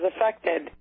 affected